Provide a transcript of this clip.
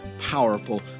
powerful